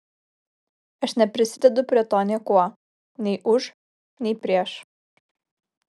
aš neprisidedu prie to niekuo nei už nei prieš